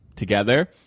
together